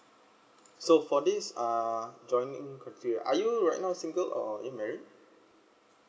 so for this uh joint single are you right now single or in marriage